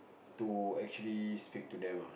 to actually speak to them ah